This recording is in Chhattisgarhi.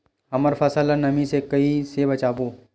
हमर फसल ल नमी से क ई से बचाबो?